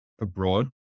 abroad